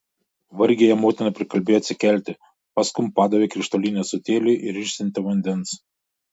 vargiai ją motina prikalbėjo atsikelti paskum padavė krištolinį ąsotėlį ir išsiuntė vandens